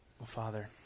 father